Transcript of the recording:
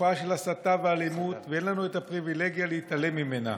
תופעה של הסתה ואלימות ואין לנו את הפריבילגיה להתעלם ממנה.